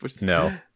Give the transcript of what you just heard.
No